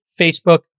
Facebook